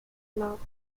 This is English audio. not